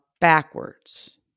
backwards